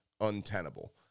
untenable